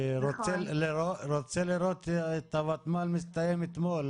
שרוצה לראות את הוותמ"ל מסתיים אתמול,